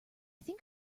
think